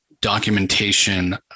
documentation